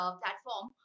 platform